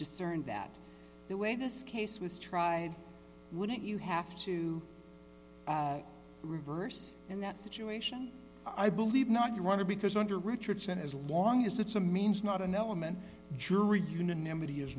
discerned that the way this case was tried wouldn't you have to reverse in that situation i believe not you want to because under richardson as long as it's a means not an element jury un